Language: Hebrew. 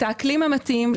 את האקלים המתאים.